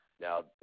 now